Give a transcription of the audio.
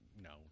no